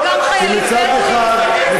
אתה נגד שיקום?